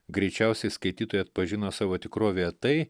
greičiausiai skaitytojai atpažino savo tikrovėje